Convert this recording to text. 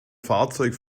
fahrzeug